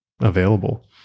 available